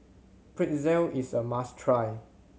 pretzel is a must try